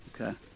okay